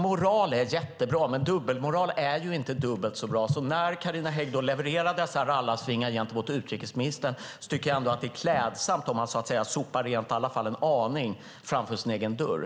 Moral är jättebra. Men dubbelmoral är inte dubbelt så bra. När Carina Hägg levererar dessa rallarsvingar gentemot utrikesministern tycker jag ändå att det är klädsamt om man sopar rent i alla fall en aning framför sin egen dörr.